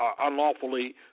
unlawfully